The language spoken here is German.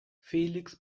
felix